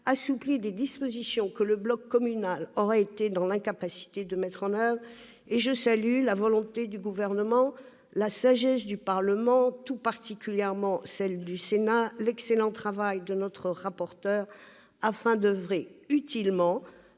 assouplit des dispositions que le bloc communal aurait été dans l'incapacité de mettre en oeuvre. À ce titre, je salue la volonté du Gouvernement, la sagesse du Parlement, tout particulièrement celle du Sénat, et l'excellent travail accompli par notre rapporteur, ... C'est bien